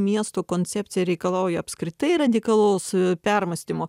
miesto koncepcija reikalauja apskritai radikalaus permąstymo